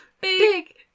big